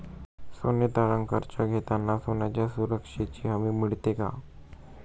सोने तारण कर्ज घेताना सोन्याच्या सुरक्षेची हमी मिळते का?